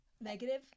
negative